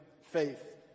faith